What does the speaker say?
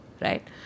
right